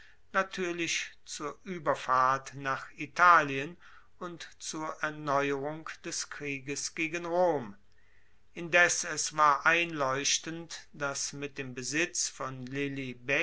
natuerlich zur ueberfahrt nach italien und zur erneuerung des krieges gegen rom indes es war einleuchtend dass mit dem besitz von